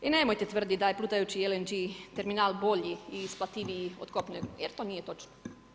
I nemojte tvrditi da je plutajući LNG terminal bolji i isplativiji od kopnenog jer to nije točno.